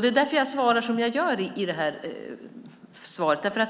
Det är därför jag svarar som jag gör i det här svaret, för